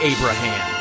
Abraham